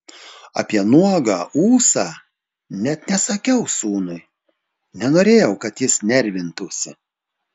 apie nuogą ūsą net nesakiau sūnui nenorėjau kad jis nervintųsi